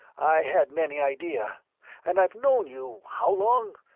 i hadn't any idea and i've known you how long?